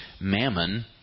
mammon